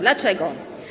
Dlaczego?